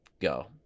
go